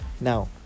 Now